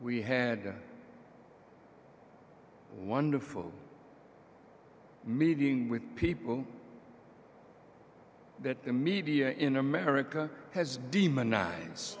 we had a wonderful meeting with people that the media in america has demonize